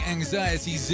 Anxiety